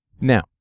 Now